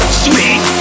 sweet